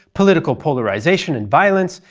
political polarization and violence,